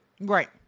Right